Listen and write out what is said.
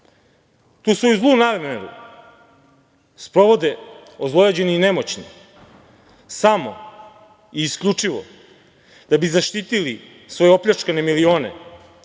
Tu svoju zlu nameru sprovode ozlojeđeni i nemoćni samo i isključivo da bi zaštitili svoje opljačkane milione